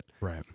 Right